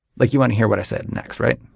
like you want to hear what i said next, right?